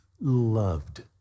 loved